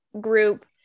group